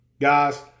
guys